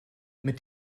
mit